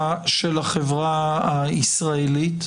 החברה הישראלית.